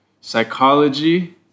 psychology